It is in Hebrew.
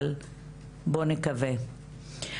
אבל בוא נקווה.